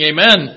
Amen